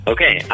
Okay